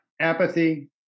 Apathy